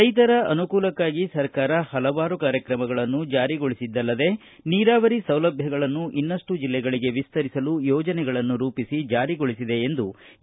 ರೈತರ ಅನುಕೂಲಕ್ಕಾಗಿ ಸರ್ಕಾರ ಹಲವಾರು ಕಾರ್ಯಕ್ರಮಗಳನ್ನು ಜಾರಿಗೊಳಿಸಿದ್ದಲ್ಲದೇ ನೀರಾವರಿ ಸೌಲಭ್ಯಗಳನ್ನು ಇನ್ನಷ್ಟು ಜಲ್ಲೆಗಳಿಗೆ ವಿಸ್ತರಿಸಲು ಯೋಜನೆಗಳನ್ನು ರೂಪಿಸಿ ಜಾರಿಗೊಳಿಸಿದೆ ಎಂದು ಎ